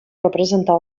representar